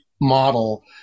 model